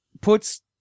puts